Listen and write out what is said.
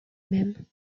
même